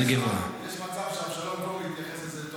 יש מצב שאבשלום קור התייחס לזה.